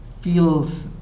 feels